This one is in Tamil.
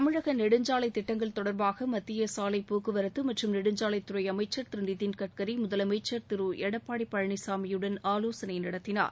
தமிழக நெடுஞ்சாலை திட்டங்கள் தொடர்பாக மத்திய சாலைப் போக்குவரத்து மற்றும் நெடுஞ்சாலைத்துறை அமைச்சர் திரு நிதின் கட்கரி முதலமைச்சர் திரு எடப்பாடி பழனிசாமியுடன் ஆலோசனை நடத்தினார்